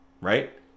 right